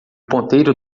ponteiro